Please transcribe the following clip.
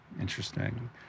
Interesting